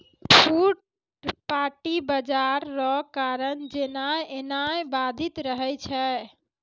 फुटपाटी बाजार रो कारण जेनाय एनाय बाधित रहै छै